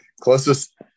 Closest